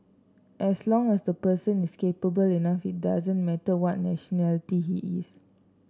as long as the person is capable enough it doesn't matter what nationality he is